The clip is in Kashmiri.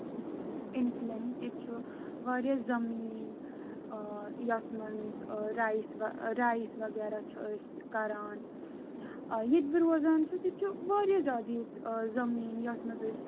اِنفٕلنس ییٚتہِ چھُ واریاہ زٔمیٖن آ یَتھ منٛز رایِس رایِس وغیرہ چھُ أسۍ کران ییٚتہِ بہٕ روزان چھَس ییٚتہِ چھُ واریاہ زیادٕ ییٚتہِ زٔمیٖن یَتھ منٛز أسۍ